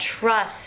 trust